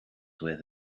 with